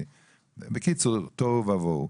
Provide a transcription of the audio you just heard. בקיצור תוהו ובוהו.